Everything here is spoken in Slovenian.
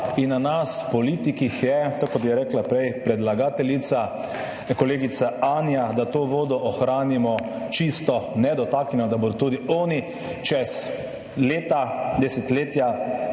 in na nas politikih je, tako kot je rekla prej predlagateljica, kolegica Anja, da to vodo ohranimo čisto nedotaknjeno, da bodo tudi oni čez leta, desetletja